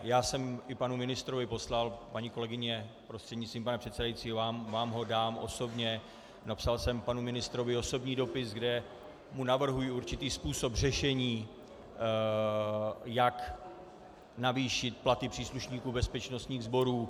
Já jsem i panu ministrovi poslal, paní kolegyně prostřednictvím pana předsedajícího, vám ho dám osobně, napsal jsem panu ministrovi osobní dopis, kde mu navrhuji určitý způsob řešení, jak navýšit platy příslušníků bezpečnostních sborů.